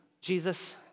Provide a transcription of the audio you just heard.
Jesus